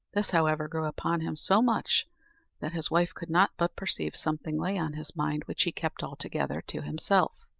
this, however, grew upon him so much that his wife could not but perceive something lay on his mind which he kept altogether to himself.